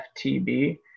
FTB